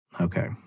Okay